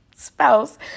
spouse